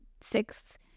six